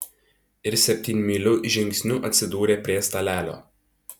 ir septynmyliu žingsniu atsidūrė prie stalelio